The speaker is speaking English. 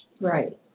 Right